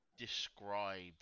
Described